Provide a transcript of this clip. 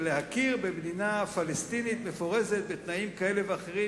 ולהכיר במדינה פלסטינית מפורזת בתנאים כאלה ואחרים,